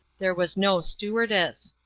there was no stewardess.